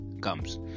comes